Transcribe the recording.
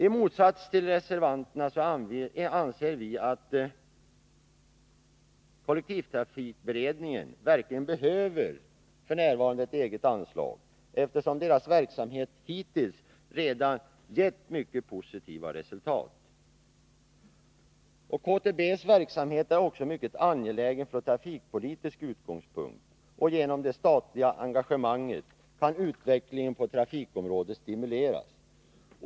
I motsats till reservanterna anser vi att kollektivtrafikberedningen f. n. verkligen behöver ett eget anslag, eftersom deras verksamhet hittills redan gett mycket positiva resultat. KTB:s verksamhet är också mycket angelägen från trafikpolitisk utgångspunkt, och genom det statliga engagemanget kan utvecklingen på trafikområdet stimuleras.